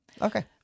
Okay